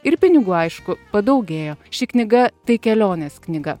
ir pinigų aišku padaugėjo ši knyga tai kelionės knyga